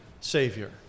Savior